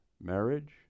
marriage